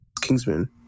Kingsman